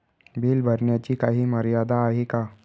Bill भरण्याची काही मर्यादा आहे का?